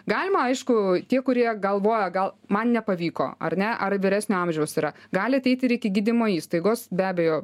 galima aišku tie kurie galvoja gal man nepavyko ar ne ar vyresnio amžiaus yra gali ateiti ir iki gydymo įstaigos be abejo